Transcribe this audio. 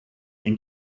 and